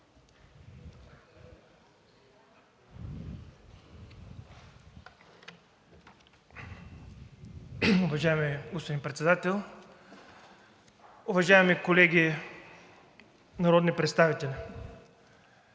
уважаеми колеги народни представители!